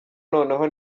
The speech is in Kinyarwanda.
noneho